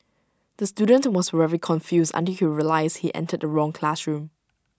the student was very confused until he realised he entered the wrong classroom